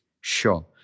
Sure